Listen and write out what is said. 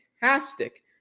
fantastic